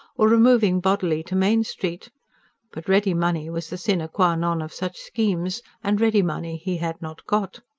or removing bodily to main street but ready money was the sine qua non of such schemes, and ready money he had not got.